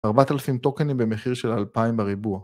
‫4,000 טוקנים במחיר של 2,000 בריבוע.